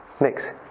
next